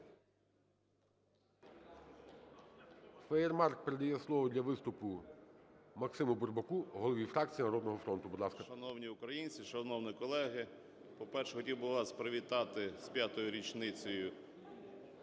Шановні українці! Шановні колеги! По-перше, хотів би вас привітати з п'ятою річницею